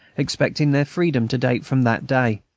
expecting their freedom to date from that day.